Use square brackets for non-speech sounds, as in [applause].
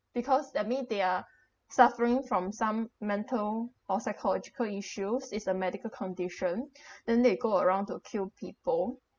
because I mean they are suffering from some mental or psychological issues is a medical condition [breath] then they go around to kill people